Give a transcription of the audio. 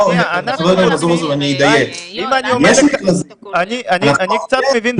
ח"כ רזבוזוב, אני אדייק, יש מכרזים, אנחנו